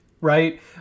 right